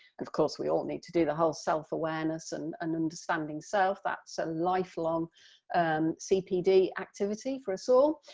of course we all need to do the whole self awareness and and understanding self that's a lifelong um cpd activity for us all.